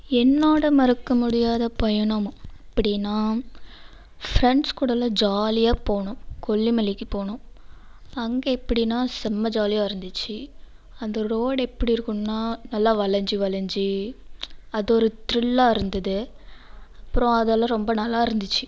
என்னோடய மறக்க முடியாத பயணம் அப்படினா ஃப்ரெண்ட்ஸ்கூடலாம் ஜாலியாக போனோம் கொல்லிமலைக்கு போனோம் அங்கே எப்படின்னா செம்ம ஜாலியாக இருந்துச்சு அந்த ரோடு எப்படி இருக்குன்னா நல்லா வளைஞ்சி வளைஞ்சி அது ஒரு த்ரில்லாக இருந்துது அப்பறம் அதெல்லாம் ரொம்ப நல்லா இருந்துச்சு